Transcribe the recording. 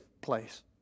place